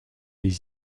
des